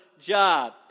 job